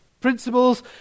principles